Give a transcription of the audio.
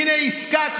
הינה עסקה,